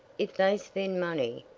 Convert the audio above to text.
if they spend money,